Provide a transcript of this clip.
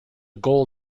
goal